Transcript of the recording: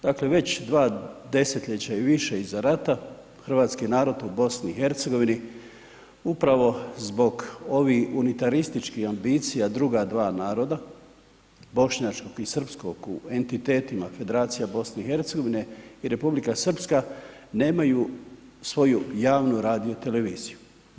Dakle, već desetljeća i više iza rata, hrvatski narod u BiH-u upravo zbog ovih unitarističkih ambicija druga dva naroda, bošnjačkog i srpskog u entitetima Federacije BiH-a i Republika Srpska, nemaju svoju radioteleviziju.